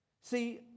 See